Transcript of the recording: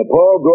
Paul